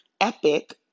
epic